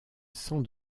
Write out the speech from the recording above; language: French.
sans